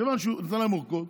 מכיוון שהוא נתן להם ארכות,